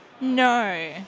No